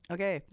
Okay